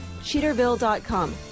Cheaterville.com